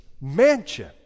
Mansion